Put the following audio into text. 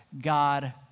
God